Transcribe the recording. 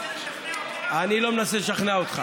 37, אני לא מנסה לשכנע אותך.